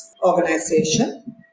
organization